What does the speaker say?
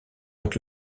être